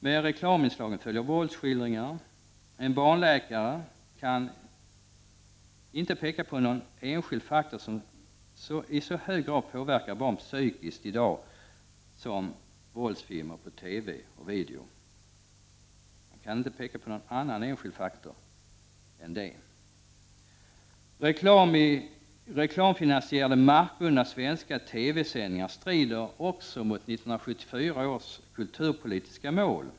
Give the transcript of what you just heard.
Med reklaminslagen följer våldsskildringar. En barnläkare kan inte peka på någon annan enskild faktor som i så hög grad påverkar barn psykiskt som våldsfilmer på TV och video. Reklam i reklamfinansierade markburna svenska TV-sändningar strider också mot 1974 års kulturpolitiska mål.